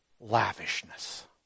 lavishness